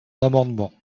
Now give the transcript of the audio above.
amendement